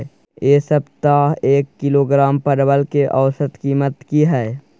ऐ सप्ताह एक किलोग्राम परवल के औसत कीमत कि हय?